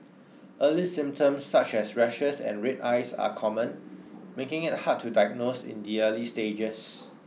early symptoms such as rashes and red eyes are common making it hard to diagnose in the early stages